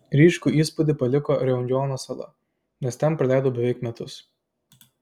ryškų įspūdį paliko reunjono sala nes ten praleidau beveik metus